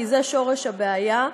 כי זה שורש הבעיה,